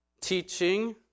Teaching